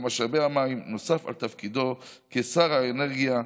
משאבי המים נוסף על תפקידו כשר האנרגיה,